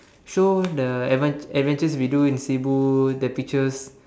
show the adven~ adventures video in Cebu the pictures